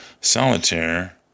solitaire